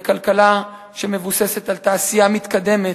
לכלכלה שמבוססת על תעשייה מתקדמת,